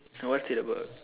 no what's it about